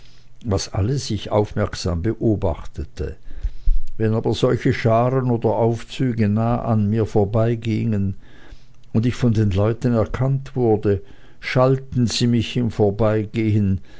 was alles ich aufmerksam beobachtete wenn aber solche scharen oder aufzüge nah an mir vorübergingen und ich von den leuten erkannt wurde schalten sie mich im vorbeigehen